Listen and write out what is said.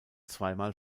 zweimal